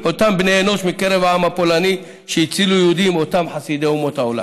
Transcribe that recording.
אותם בני אנוש מקרב העם הפולני שהצילו יהודים אותם חסידי אומות העולם.